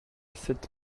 sept